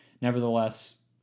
nevertheless